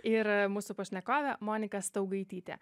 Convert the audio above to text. ir mūsų pašnekovė monika staugaitytė